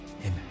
Amen